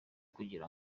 kugira